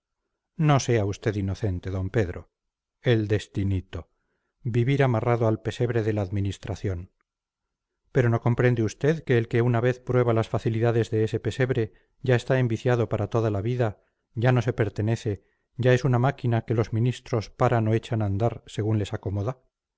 no sea usted inocente d pedro el destinito vivir amarrado al pesebre de la administración pero no comprende usted que el que una vez prueba las facilidades de ese pesebre ya está enviciado para toda la vida ya no se pertenece ya es una máquina que los ministros paran o echan a andar según les acomoda